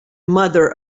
mother